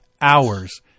hours